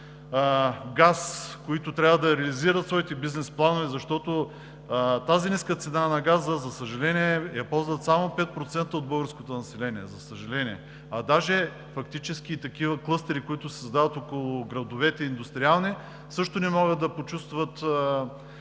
газ, които трябва да реализират своите бизнес планове, защото тази ниска цена на газа, за съжаление, я ползват само 5% от българското население. За съжаление! А даже фактически такива индустриални клъстери, които се създават около градовете, също не могат да почувстват